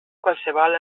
qualsevol